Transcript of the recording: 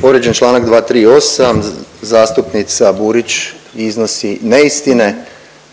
Povrijeđen je članak 238. zastupnica Burić iznosi neistine.